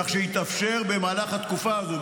כך שיתאפשר במהלך התקופה הזו,